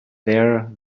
there